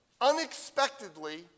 unexpectedly